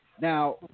Now